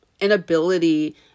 inability